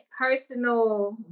personal